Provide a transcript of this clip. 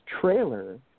trailer